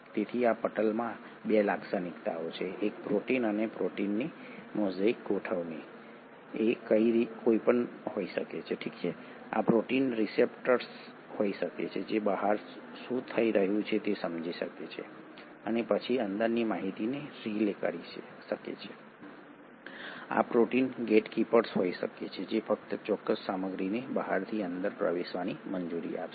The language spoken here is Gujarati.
તેથી આ પટલમાં 2 લાક્ષણિકતાઓ છે એક પ્રોટીન અને આ પ્રોટીનની મોઝેઇક ગોઠવણી કંઈ પણ હોઈ શકે છે આ પ્રોટીન રિસેપ્ટર્સ હોઈ શકે છે જે બહાર શું થઈ રહ્યું છે તે સમજી શકે છે અને પછી અંદરની માહિતીને રિલે કરી શકે છે આ પ્રોટીન ગેટકીપર્સ હોઈ શકે છે જે ફક્ત ચોક્કસ સામગ્રીને બહારથી અંદર પ્રવેશવાની મંજૂરી આપશે